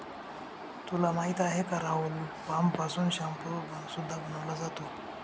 तुला माहिती आहे का राहुल? पाम पासून शाम्पू सुद्धा बनवला जातो